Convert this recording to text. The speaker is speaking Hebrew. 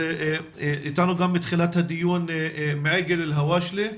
איתנו מתחילת הדיון מעיגל אל הוואשלה.